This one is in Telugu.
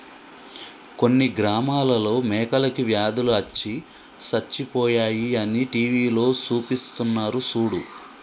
కొన్ని గ్రామాలలో మేకలకి వ్యాధులు అచ్చి సచ్చిపోయాయి అని టీవీలో సూపిస్తున్నారు సూడు